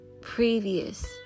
previous